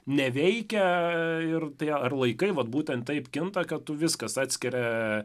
neveikia ir tai ar laikai vat būtent taip kinta kad tu viskas atskiria